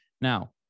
Now